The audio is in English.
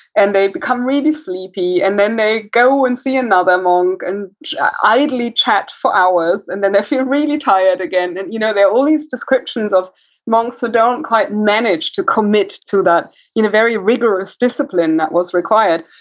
and they'd become really sleepy. and then, they'd go and see another monk, and idly chat for hours. and then, they'd feel really tired again you know, there are all these descriptions of monks who don't quite manage to commitment to that you know very rigorous discipline that was required.